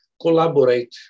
collaborate